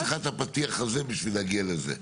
לא היית צריכה את הפתיח הזה כדי להגיע לזה.